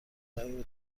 لایو